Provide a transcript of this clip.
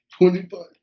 25